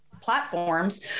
platforms